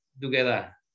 together